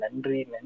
Nendri